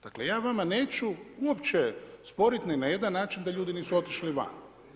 Dakle, ja vama neću uopće sporiti ni na jedan način da ljudi nisu otišli van.